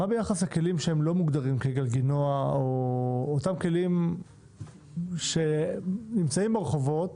מה ביחס לכלים שהם לא מוגדרים כגלגינוע או אותם כלים שנמצאים ברחובות